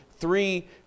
Three